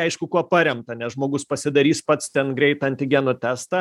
aišku kuo paremta nes žmogus pasidarys pats ten greit antigenų testą